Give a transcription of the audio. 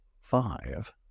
five